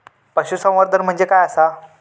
पशुसंवर्धन म्हणजे काय आसा?